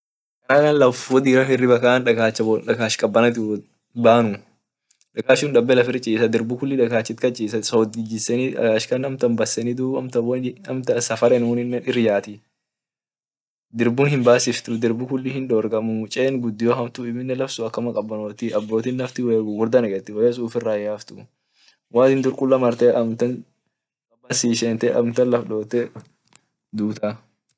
Canada laf wo diram hiriba kan dakach wot banu dirbu kulli dagasit kas chisa sod itjiseni dakach kan baseni dub dirbu hinbasiftu dirbu kulli hindogorga mumuchen gudio hamtu inama naf woya gugurda neketenu wo ishin si ishent amuntan lafdote duta.